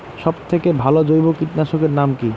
সব থেকে ভালো জৈব কীটনাশক এর নাম কি?